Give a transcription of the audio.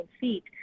feet